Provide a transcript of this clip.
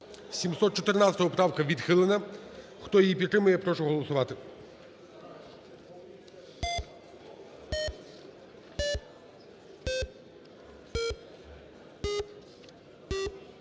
714 правка відхилена. Хто її підтримує, прошу голосувати.